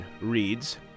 reads